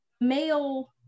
male